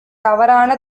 தவறான